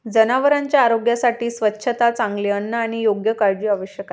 जनावरांच्या आरोग्यासाठी स्वच्छता, चांगले अन्न आणि योग्य काळजी आवश्यक आहे